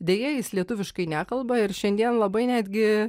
deja jis lietuviškai nekalba ir šiandien labai netgi